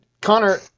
Connor